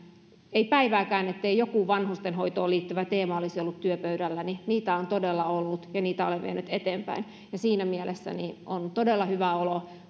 ei päivääkään ettei joku vanhustenhoitoon liittyvä teema olisi ollut työpöydälläni niitä on todella ollut ja niitä olen vienyt eteenpäin ja siinä mielessä on todella hyvä olo